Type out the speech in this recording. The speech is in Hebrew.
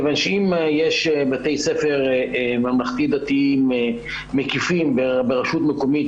מכיוון שאם יש בתי ספר ממלכתיים-דתיים מקיפים ברשות מקומית